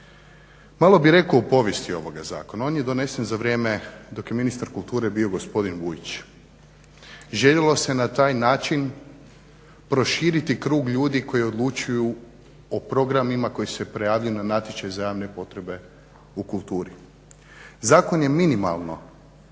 Malo bih rekao u povijesti ovoga zakona. On je donesen za vrijeme dok je ministar kulture bio gospodin Vujić. Željelo se na taj način proširiti krug ljudi koji odlučuju u programima koji se objavljuju u natječajima za javne potrebe u kulturi. Zakon je minimalno